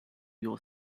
your